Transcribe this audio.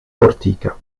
fortika